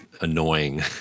annoying